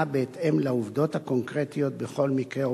בהתאם לעובדות הקונקרטיות בכל מקרה ומקרה.